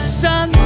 sun